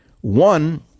One